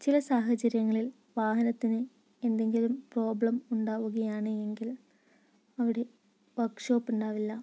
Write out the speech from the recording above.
ചില സാഹചര്യങ്ങളിൽ വാഹനത്തിന് എന്തെങ്കിലും പ്രോബ്ലം ഉണ്ടാവുക ആണ് എങ്കിൽ അവിടെ വർക്ഷോപ്പ് ഉണ്ടാവില്ല